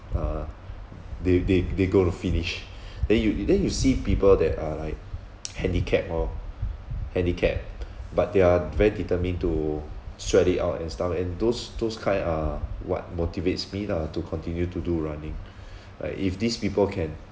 uh they they they got to finish then you then you see people that are like handicapped or handicapped but they are very determined to sweat it out and stuff and those those kind are what motivates me lah to continue to do running like if these people can